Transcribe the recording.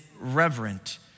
reverent